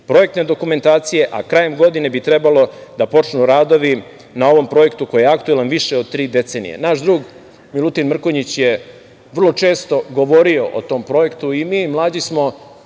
projektne dokumentacije, a krajem godine bi trebalo da počnu radovi na ovom projektu koji je aktuelan više od tri decenije. Naš drug, Milutin Mrkonjić je vrlo često govorio o tom projektu i mi mlađi smo